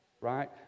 right